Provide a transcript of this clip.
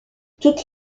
toutes